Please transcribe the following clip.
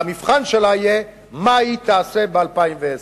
והמבחן שלה יהיה מה היא תעשה ב-2010.